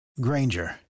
Granger